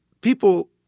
people